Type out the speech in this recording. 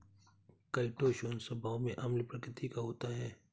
chitosan स्वभाव में अम्ल प्रकृति का होता है